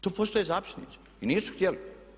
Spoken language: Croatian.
To postoje zapisnici i nisu htjeli.